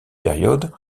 période